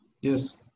Yes